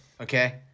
Okay